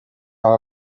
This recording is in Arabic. على